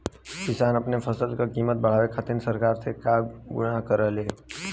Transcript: किसान अपने फसल क कीमत बढ़ावे खातिर सरकार से का गुहार करेला?